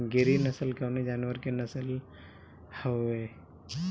गिरी नश्ल कवने जानवर के नस्ल हयुवे?